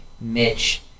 Mitch